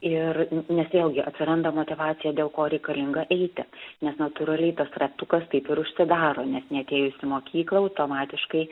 ir nes vėlgi atsiranda motyvacija dėl ko reikalinga eiti nes natūraliai tas ratukas taip ir užsidaro nes neatėjus į mokyklą automatiškai